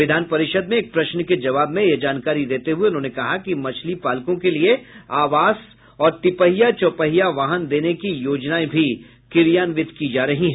विधान परिषद में एक प्रश्न के जबाव में यह जानकारी देते हुए उन्होंने कहा कि मछली पालकों के लिए आवास और तिपहिया चौपहिया वाहन देने की योजनाएं भी क्रियान्वित की जा रही है